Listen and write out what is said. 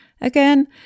Again